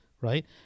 right